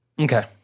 okay